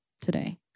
today